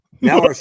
now